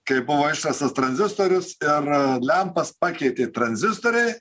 kai buvo išrastas tranzistorius ir lempas pakeitė tranzistoriai